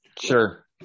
Sure